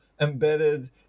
embedded